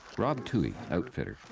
rob toohey, outfitter.